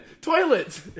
Toilets